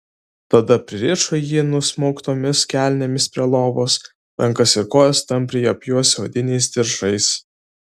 tada pririšo jį nusmauktomis kelnėmis prie lovos rankas ir kojas tampriai apjuosę odiniais diržais